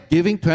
Giving